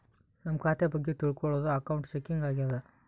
ನಮ್ ಖಾತೆ ಬಗ್ಗೆ ತಿಲ್ಕೊಳೋದು ಅಕೌಂಟ್ ಚೆಕಿಂಗ್ ಆಗ್ಯಾದ